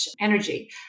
energy